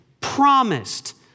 promised